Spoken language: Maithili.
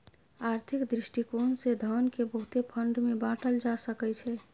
आर्थिक दृष्टिकोण से धन केँ बहुते फंड मे बाटल जा सकइ छै